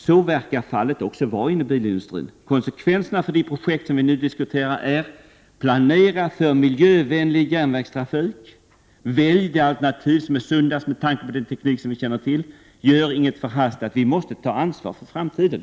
Så verkar också vara fallet när det gäller bilindustrin. Med tanke på konsekvenserna i fråga om det projekt som vi nu diskuterar gäller det att planera för miljövänlig järnvägstrafik. Välj det alternativ som är sundast med tanke på den teknik som vi känner till och gör inget förhastat! Vi måste ta ansvar för framtiden.